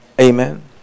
Amen